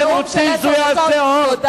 מה אתם רוצים שהוא יעשה עוד?